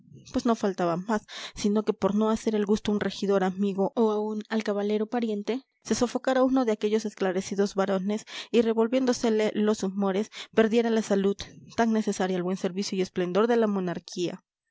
pues no faltaba más sino que por no hacer el gusto a un regidor amigo o a un alcabalero pariente se sofocara uno de aquellos esclarecidos varones y revolviéndosele los humores perdiera la salud tan necesaria al buen servicio y esplendor de la monarquía